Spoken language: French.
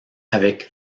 avec